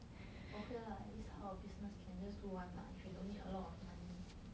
okay lah this type of business can just do [one] lah if you don't need a lot of money